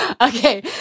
okay